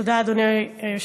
תודה, אדוני היושב-ראש.